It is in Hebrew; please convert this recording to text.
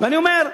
ואני אומר,